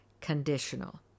conditional